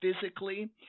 physically